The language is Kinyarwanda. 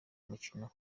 mukino